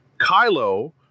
Kylo